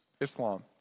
Islam